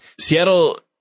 Seattle